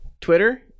Twitter